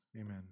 amen